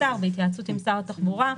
לפי הכתוב פה אין רוב למשרד האוצר.